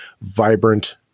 vibrant